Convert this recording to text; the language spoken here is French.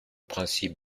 principe